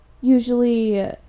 usually